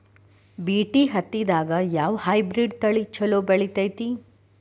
BT ಹತ್ತಿದಾಗ ಯಾವ hybrid ತಳಿ ಛಲೋ ಬೆಳಿತೈತಿ?